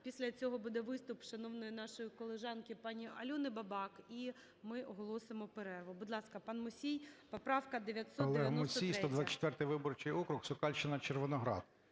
Після цього буде виступ шановної нашої колежанки пані Альони Бабак. І ми оголосимо перерву. Будь ласка, пан Мусій. Поправка 993. 13:56:21 МУСІЙ О.С. Олег Мусій, 124 виборчий округ, Сокальщина, Червоноград.